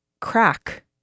crack